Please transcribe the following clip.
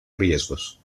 riesgos